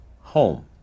home